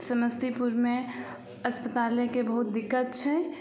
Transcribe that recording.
समस्तीपुरमे अस्पतालेके बहुत दिक्कत छै